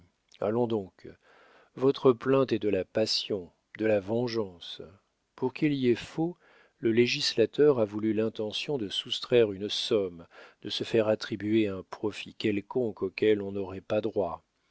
allons donc votre plainte est de la passion de la vengeance pour qu'il y ait faux le législateur a voulu l'intention de soustraire une somme de se faire attribuer un profit quelconque auquel on n'aurait pas droit